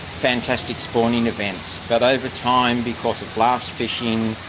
fantastic spawning events. but over time because of blast fishing,